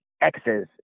X's